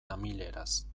tamileraz